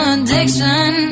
addiction